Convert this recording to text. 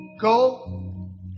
Go